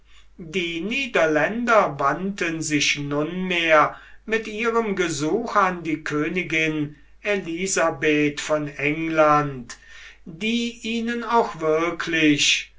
die niederländer wandten sich nunmehr mit ihrem gesuch an die königin elisabeth von england die ihnen auch wirklich